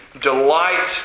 delight